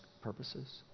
purposes